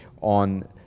on